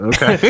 Okay